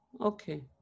okay